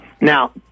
Now